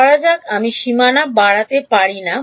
ধরা যাক আমি সীমানা বাড়াতে পারি না